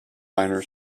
minor